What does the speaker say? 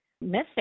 Missing